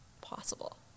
possible